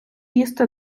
їсти